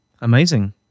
Amazing